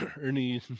ernie